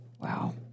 Wow